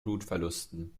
blutverlusten